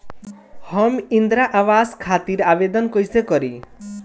हम इंद्रा अवास के खातिर आवेदन कइसे करी?